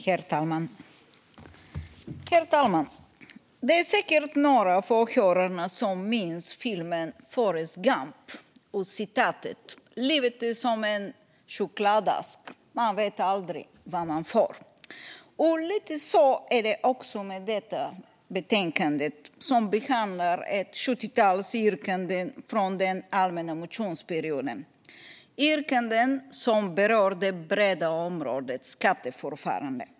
Herr talman! Det är säkert några av åhörarna som minns filmen Forrest Gump och citatet: Livet är som en chokladask, man vet aldrig vad man får. Lite så är det också med detta betänkande som behandlar ett sjuttiotal yrkanden från den allmänna motionstiden som berör det breda området skatteförfarande.